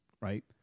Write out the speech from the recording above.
right